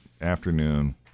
afternoon